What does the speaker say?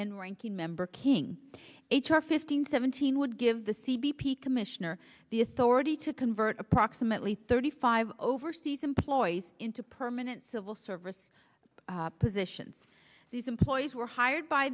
and ranking member king h r fifteen seventeen would give the c b p commissioner the authority to convert approximately thirty five overseas employees into permanent civil service positions these employees were hired by